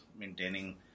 maintaining